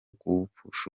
kuwupfusha